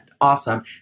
Awesome